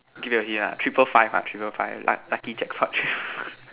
give you a hint ah triple five ah triple five luck lucky jackpot